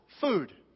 food